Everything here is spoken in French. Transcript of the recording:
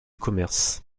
commerce